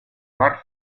dar